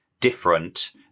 different